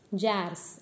jars